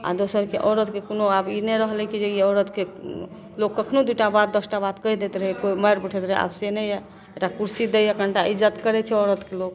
आओर दोसर औरतकेँ कोनो आब ई नहि रहलै कि जे ई औरतके लोक कखनहु दुइ टा बात दस टा बात कहि दैत रहै कोइ मारि बैठैत रहै आबसे नहि यऽ एकटा कुरसी दैए कनिटा इज्जत करै छै औरतके लोक